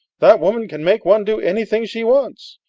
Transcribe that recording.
that woman can make one do anything she wants.